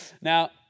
Now